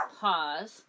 pause